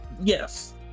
Yes